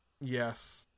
yes